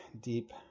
deep